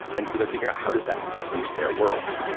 and so they're figuring out how does that fit into their world.